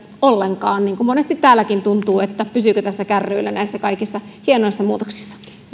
ollenkaan niin kuin monesti täälläkin tuntuu että pysyykö tässä kärryillä näissä kaikissa hienoissa muutoksissa